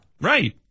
Right